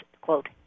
quote